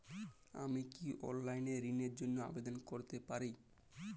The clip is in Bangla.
আমি কি অনলাইন এ ঋণ র জন্য আবেদন করতে পারি?